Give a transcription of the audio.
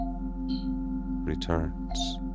returns